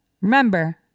Remember